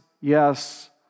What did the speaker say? yes